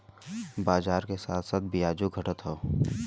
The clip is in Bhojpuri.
बाजार के साथ साथ बियाजो घटत हौ